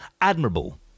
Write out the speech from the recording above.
admirable